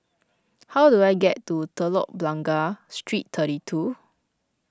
how do I get to Telok Blangah Street thirty two